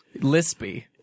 lispy